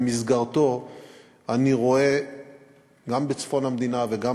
ובמסגרתו אני רואה גם בצפון המדינה וגם